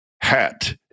hat